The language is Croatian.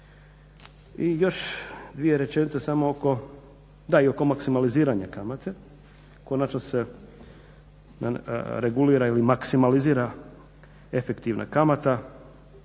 I još dvije rečenice oko, da i oko maksimaliziranja kamate. Konačno se regulira ili maksimalizira efektivna kamata